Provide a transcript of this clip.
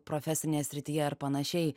profesinėje srityje ar panašiai